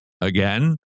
Again